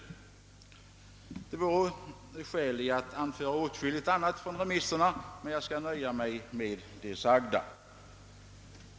Det vore skäl att anföra åtskilligt annat från remisserna, men jag skall nöja mig med det sagda.